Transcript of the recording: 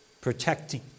Protecting